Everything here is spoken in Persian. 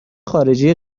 خارجی